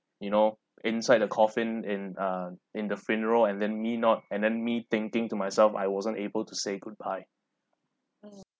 you know inside the coffin in uh in the funeral and then me not and then me thinking to myself I wasn't able to say goodbye